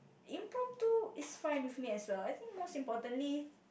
impromptu is fine with me as well I think most importantly